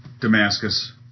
Damascus